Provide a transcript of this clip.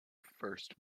first